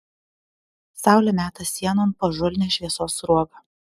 saulė meta sienon pažulnią šviesos sruogą